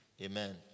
Amen